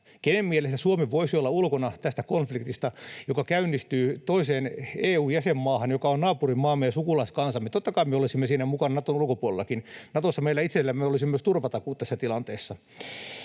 kenen mielestä Suomi voisi olla ulkona tästä konfliktista, joka käynnistyy toiseen EU-jäsenmaahan, joka on naapurimaamme ja sukulaiskansamme? Totta kai me olisimme siinä mukana Naton ulkopuolellakin. Natossa meillä itsellämme olisi myös turvatakuut tässä tilanteessa.